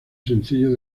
sencillo